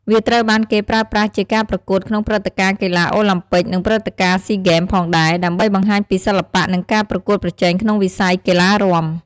វាត្រូវបានគេប្រើប្រាស់ជាការប្រកួតក្នុងព្រឹត្តិការណ៍កីឡាអូឡាំពិក និងព្រឹត្តិការណ៍ស៊ីហ្គេមផងដែរ ដើម្បីបង្ហាញពីសិល្បៈ និងការប្រកួតប្រជែងក្នុងវិស័យកីឡារាំ។